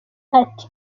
ati